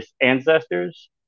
ancestors